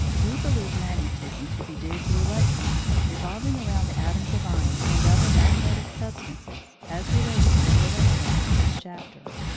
we believe magnetism to be due to electrons revolving around atoms of iron and other magnetic substances, as related by the electron in this chapter.